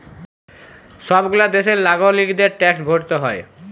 সব গুলা দ্যাশের লাগরিকদের ট্যাক্স ভরতে হ্যয়